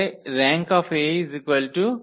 তাহলে Rank3